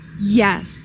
Yes